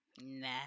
Nah